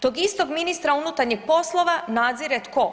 Tog istog ministra unutarnjih poslova nadzire tko?